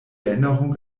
erinnerung